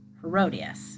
Herodias